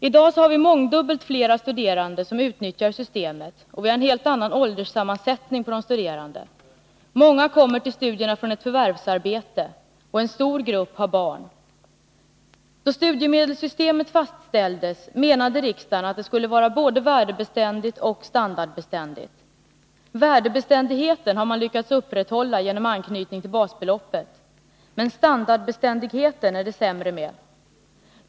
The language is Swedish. I dag har vi mångdubbelt fler studerande som utnyttjar systemet, och vi har en helt annan ålderssammansättning på de studerande. Många kommer till studierna från ett förvärvsarbete, och en stor grupp har barn. När studiemedelssystemet fastställdes uttalade riksdagen att det skulle vara både värdebeständigt och standardbeständigt. Värdebeständigheten har man lyckats upprätthålla genom anknytning till basbeloppet, men standardbeständigheten är det sämre med.